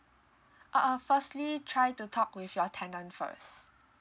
uh uh firstly try to talk with your tenant first